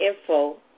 info